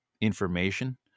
information